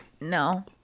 No